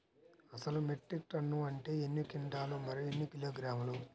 అసలు metric tonne అంటే ఎన్ని క్వింటాలు మరియు ఎన్ని కిలోగ్రాములు?